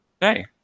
hey